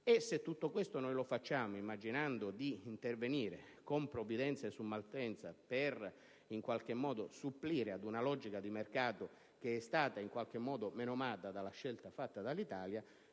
e se tutto questo lo facciamo immaginando di intervenire con provvidenze su Malpensa per cercare di supplire ad una logica di mercato che è stata in qualche modo menomata dalla scelta fatta dall'Italia,